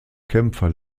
kämpfer